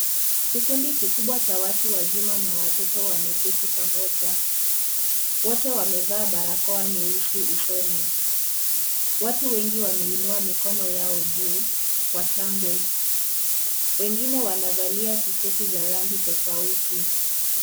Kikundi kikubwa cha watu wazima na watoto wameketi pamoja ,wote wamevaa barakoa nyeusi usoni watu, wengi wameinua mikono yao juu kwa shangwe wengine wamevalia tisheti za rangi tofauti.